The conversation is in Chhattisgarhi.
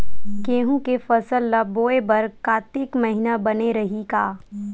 गेहूं के फसल ल बोय बर कातिक महिना बने रहि का?